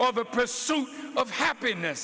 or the pursuit of happiness